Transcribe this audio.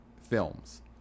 films